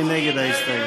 מי נגד ההסתייגות?